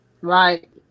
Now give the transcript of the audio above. Right